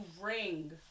ring